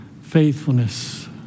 faithfulness